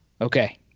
Okay